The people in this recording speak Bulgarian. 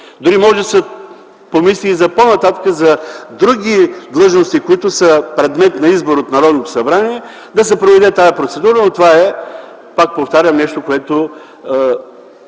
Дори може да се помисли по-нататък за други длъжности, които са предмет на избор от Народното събрание – да се проведе тази процедура, но това е, пак повтарям, нещо, което